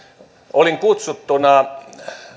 olin kutsuttuna